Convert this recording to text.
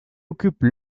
occupe